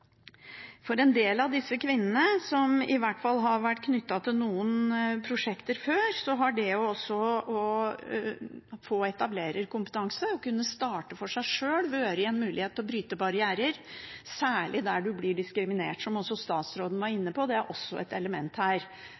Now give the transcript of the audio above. For en del av de kvinnene som i hvert fall har vært knyttet til noen prosjekter før, har det å få etablererkompetanse, å kunne starte for seg sjøl, vært en mulighet til å bryte barrierer, særlig der en blir diskriminert, som også statsråden var inne på. Det er også et element her